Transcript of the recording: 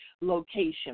location